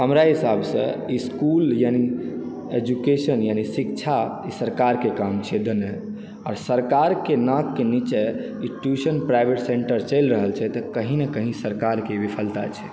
हमरा हिसाब सॅं इसकुल यानि एजुकेशन यानि शिक्षा ई सरकार के काम छियै देनाइ आर सरकार के नाक के नीचे ई ट्यूशन प्राइवट सेंटर चलि रहल छै तऽ कही ने कही सरकार के विफलता छै